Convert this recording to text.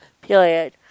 period